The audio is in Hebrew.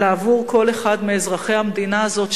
אלא עבור כל אחד מאזרחי המדינה הזאת,